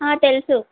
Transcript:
తెలుసు